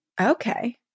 Okay